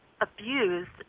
abused